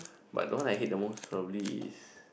but the one I hate the most probably is